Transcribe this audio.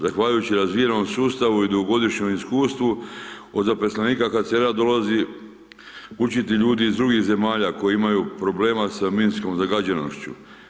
Zahvaljujući razvijenom sustavu i dugogodišnjem iskustvu od zaposlenika HCR-a dolaze učiti ljudi iz drugih zemalja koji imaju problema sa minskom zagađenošću.